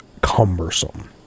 cumbersome